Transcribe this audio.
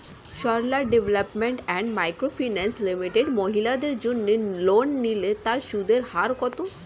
Sarala development and micro finance limited মহিলাদের জন্য loan নিলে তার সুদের হার কত?